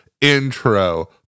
intro